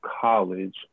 college